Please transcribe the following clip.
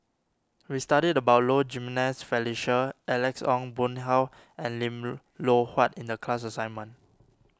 we studied about Low Jimenez Felicia Alex Ong Boon Hau and Lim Loh Huat in the class assignment